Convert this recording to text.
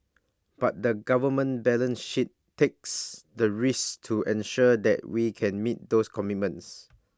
but the government balance sheet takes the risk to ensure that we can meet those commitments